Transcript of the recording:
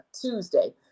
Tuesday